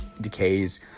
decays